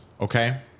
Okay